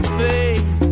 faith